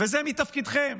זה מתפקידכם.